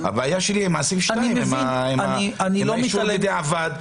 הבעיה שלי עם סעיף 2, עם האישור בדיעבד.